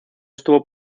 estuvo